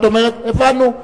הבנו.